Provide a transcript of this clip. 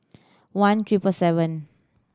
one triple seven